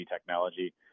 technology